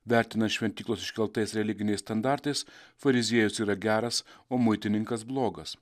vertina šventyklos iškeltais religiniais standartais fariziejus yra geras o muitininkas blogas